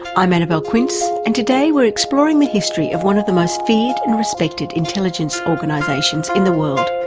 i'm annabelle quince and today we're exploring the history of one of the most feared and respected intelligence organisations in the world,